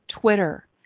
Twitter